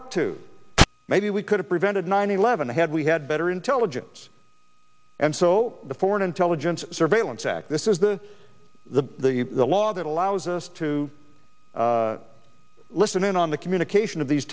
up to maybe we could have prevented nine eleven had we had better intelligence and so the foreign intelligence surveillance act this is the the law that allows us to listen in on the communication of these